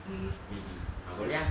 maggi ha boleh ah